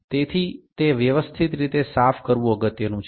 તેથી તે વ્યવસ્થિત રીતે સાફ કરવું અગત્યનું છે